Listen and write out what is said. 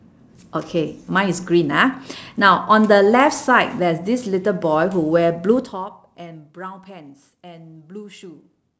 okay mine is green ah now on the left side there's this little boy who wear blue top and brown pants and blue shoe